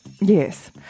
Yes